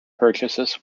purchases